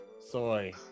soy